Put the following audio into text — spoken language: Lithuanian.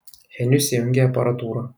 henius įjungė aparatūrą